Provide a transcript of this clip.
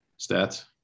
stats